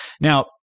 Now –